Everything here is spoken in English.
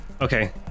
Okay